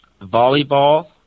volleyball